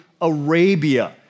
Arabia